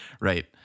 Right